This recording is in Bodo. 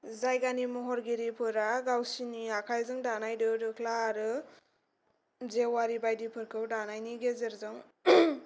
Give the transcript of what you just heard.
जायगानि महरगिरिफोरा गावसिनि आखाइजों दानाय दो दोख्ला आरो जेवारि बाइदिफोरखौ दानायनि गेजेरजों